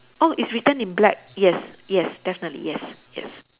orh it's written in black yes yes definitely yes yes